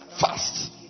fast